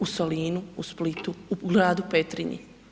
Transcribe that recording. U Solinu, u Splitu, u gradu Petrinji.